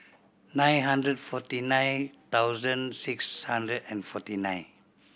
nine hundred forty nine thousand six hundred and forty nine